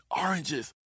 oranges